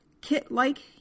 kit-like